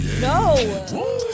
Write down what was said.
No